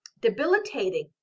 debilitating